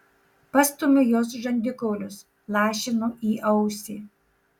pastumiu jos žandikaulius lašinu į ausį